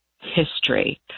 history